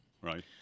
Right